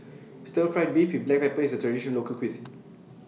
Stir Fried Beef with Black Pepper IS A Traditional Local Cuisine